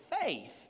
faith